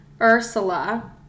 Ursula